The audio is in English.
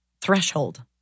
threshold